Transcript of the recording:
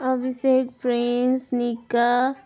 अभिषेक prince निका